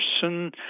person